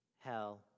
hell